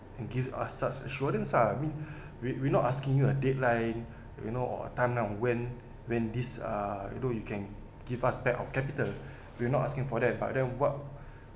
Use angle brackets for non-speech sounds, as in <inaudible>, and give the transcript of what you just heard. and give us such assurance lah I mean <breath> we we're not asking you a deadline you know or timeline or when when this uh you know you can give us back our capital we're not asking for that but then what